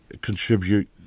contribute